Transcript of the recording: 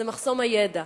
זה מחסום הידע.